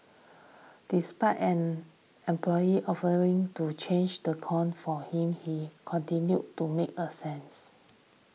despite an employee offering to change the cone for him he continued to make a since